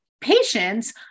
patients